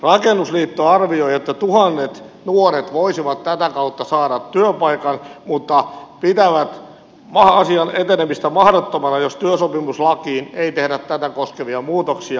rakennusliitto arvioi että tuhannet nuoret voisivat tätä kautta saada työpaikan mutta pitävät asian etenemistä mahdottomana jos työsopimuslakiin ei tehdä tätä koskevia muutoksia